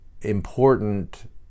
important